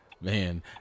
man